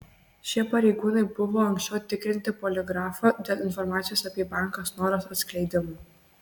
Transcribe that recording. šie pareigūnai buvo anksčiau tikrinti poligrafu dėl informacijos apie banką snoras atskleidimo